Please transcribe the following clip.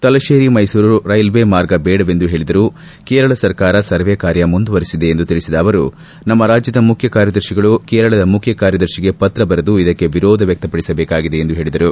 Thalassery Mysuru railway ಮಾರ್ಗ ಬೇಡವೆಂದು ಹೇಳಿದರೂ ಕೇರಳ ಸರ್ಕಾರ ಸರ್ವೆ ಕಾರ್ಯ ಮುಂದುವರೆಸಿದೆ ಎಂದು ತಿಳಿಸಿದ ಅವರು ನಮ್ಮ ರಾಜ್ಯದ ಮುಖ್ಯ ಕಾರ್ಯದರ್ಶಿಗಳು ಕೇರಳದ ಮುಖ್ಕಕಾರ್ಯದರ್ಶಿಗೆ ಪತ್ರ ಬರೆದು ಇದಕ್ಕೆ ವಿರೋಧ ವ್ಯಕ್ತಪಡಿಸಬೇಕಾಗಿದೆ ಎಂದು ಹೇಳಿದರು